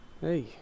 Hey